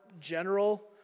general